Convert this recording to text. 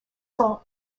sont